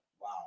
wow